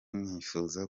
nifuza